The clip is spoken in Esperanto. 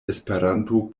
esperanto